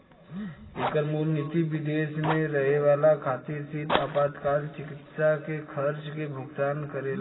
एकर मूल निति विदेश में रहे वाला खातिर सिर्फ आपातकाल चिकित्सा के खर्चा के भुगतान करेला